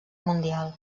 mundial